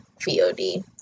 VOD